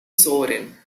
sovereign